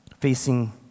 facing